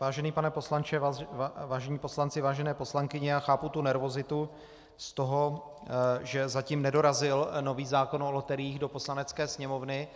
Vážený pane poslanče, vážení poslanci, vážené poslankyně, já chápu tu nervozitu z toho, že zatím nedorazil nový zákon o loteriích do Poslanecké sněmovny,